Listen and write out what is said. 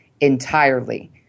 entirely